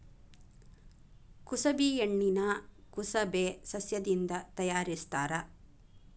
ಕುಸಬಿ ಎಣ್ಣಿನಾ ಕುಸಬೆ ಸಸ್ಯದಿಂದ ತಯಾರಿಸತ್ತಾರ